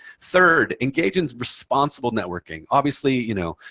third, engage in responsible networking. obviously, you know,